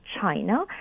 China